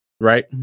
right